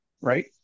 right